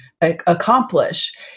accomplish